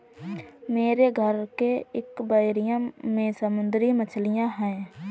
मेरे घर के एक्वैरियम में समुद्री मछलियां हैं